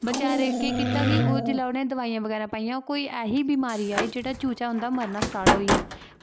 बचैरें केह् कीता कि जेल्लै उ'नेंगी दवाईयां बगैरा पाइयां ओह् कोई ऐसी बमारी आई जेह्ड़ा चूचा उं'दा मरना स्टार्ट होई गेआ